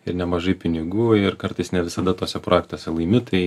ir nemažai pinigų ir kartais ne visada tuose projektuose laimi tai